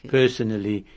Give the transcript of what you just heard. personally